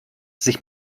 sich